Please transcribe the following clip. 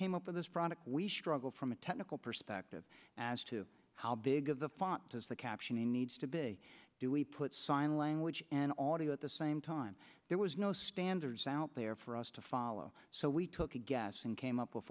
came up with this product we struggle from a technical perspective as to how big of the font size the captioning needs to be do we put sign language and audio at the same time there was no standards out there for us to follow so we took a guess and came up with